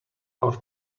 our